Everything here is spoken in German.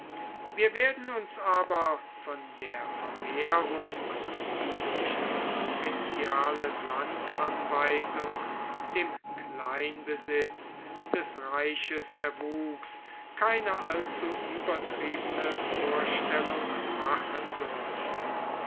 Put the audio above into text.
wir werden uns aber von der vermehrung die durch die provinziale landanweisung dem kleinbesitz des reiches erwuchs keine allzu übertriebene vorstellung machen dürfen